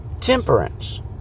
temperance